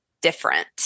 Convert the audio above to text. different